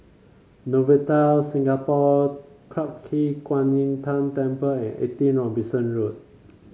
Novotel Singapore Clarke Quay Kwan Im Tng Temple and Eighty Robinson Road